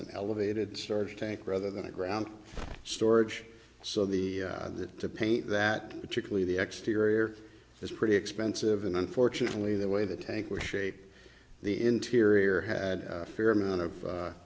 an elevated storage tank rather than a ground storage so the that the paint that particularly the exteriors is pretty expensive and unfortunately the way the tanker shape the interior had a fair amount of